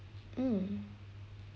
mm